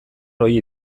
ohia